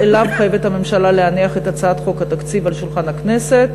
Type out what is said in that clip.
אליו חייבת הממשלה להניח את הצעת חוק התקציב על שולחן הכנסת.